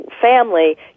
family